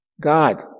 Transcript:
God